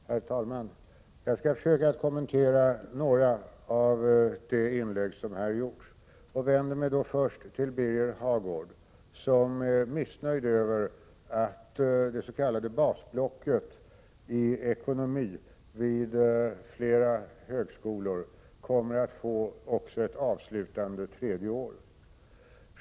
Herr talman! Jag skall försöka kommentera några av de inlägg som här har gjorts och vänder mig då först till Birger Hagård, som är missnöjd över att det s.k. basblocket i ekonomi vid flera högskolor kommer att få också ett avslutande tredje år.